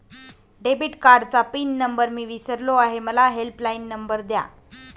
debit कार्डचा pin number मी विसरलो आहे मला हेल्पलाइन नंबर द्या